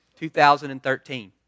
2013